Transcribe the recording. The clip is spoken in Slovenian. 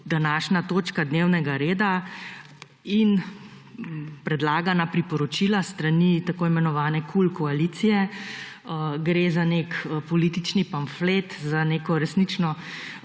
današnja točka dnevnega reda in predlagana priporočila s strani imenovane »kul« koalicije. Gre za neki politični pamflet, za neko resnično